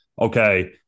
okay